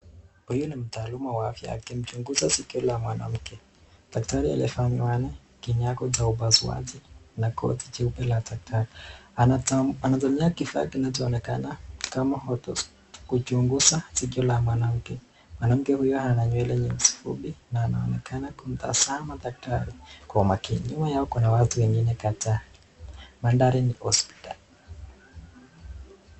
Huyu ni mtaaluma wa afya akimchunguza sikio la mwanamke, daktari aliyevaa miwani kenye yako cha upasuaji na koti cheupe la daktari, anatumia kifaa kinachoonekana kama "autoscope" kuchunguza sikio la mwanamke, mwanamke huyo ana nywele nyeusi fupi na anaonekana kumtazama daktari kwa makini huyu yao kuna watu kadhaa, mandari ni hospitali.